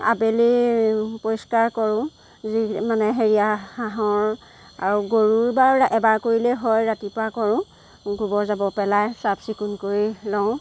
আবেলি পৰিষ্কাৰ কৰো যি মানে হেৰিয়া হাঁহৰ আৰু গৰুৰ বা এবাৰ কৰিলেই হয় ৰাতিপুৱা কৰো গোবৰ জাবৰ পেলাই চাফ চিকুণ কৰি লওঁ